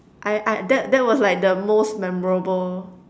I I that that was like the most memorable